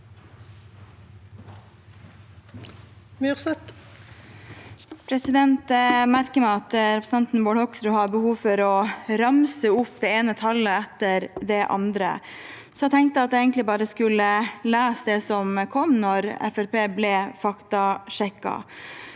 Jeg merker meg at representanten Bård Hoksrud har behov for å ramse opp det ene tallet etter det andre. Jeg tenkte at jeg egentlig bare skulle lese det som kom da Fremskrittspartiet